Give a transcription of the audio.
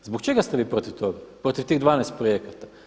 Zbog čega ste vi protiv toga, protiv tih 12 projekata?